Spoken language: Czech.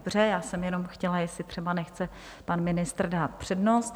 Dobře, já jsem jenom chtěla, jestli třeba nechce pan ministr dát přednost.